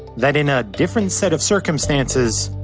that in a different set of circumstances,